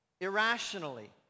Irrationally